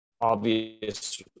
obvious